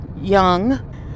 Young